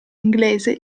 inglese